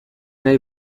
nahi